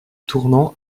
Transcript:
tournon